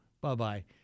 Bye-bye